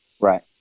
Right